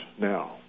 now